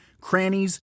crannies